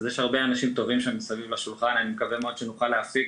אני באמת מקווה שנוכל להפיק